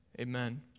Amen